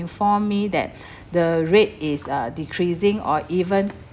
inform me that the rate is uh decreasing or even